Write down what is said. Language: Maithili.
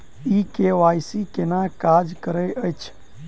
ई के.वाई.सी केना काज करैत अछि?